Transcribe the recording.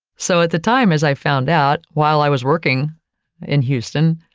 so, at the time, as i found out while i was working in houston,